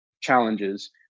challenges